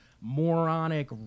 moronic